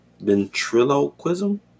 Ventriloquism